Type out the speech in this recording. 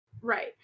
Right